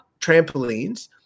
trampolines